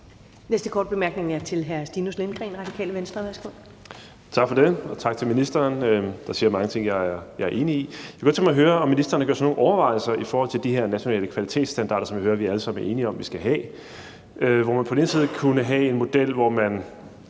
næste korte bemærkning er til hr. Stinus Lindgreen, Radikale Venstre. Værsgo. Kl. 14:49 Stinus Lindgreen (RV): Tak for det, og tak til ministeren, der siger mange ting, jeg er enig i. Jeg kunne godt tænke mig at høre, om ministeren ikke gør sig nogen overvejelser i forhold til de her nationale kvalitetsstandarder, som jeg hører vi alle sammen er enige om vi skal have, hvor man på den ene side kunne have en model, hvor man,